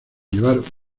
llevar